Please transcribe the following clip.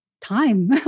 time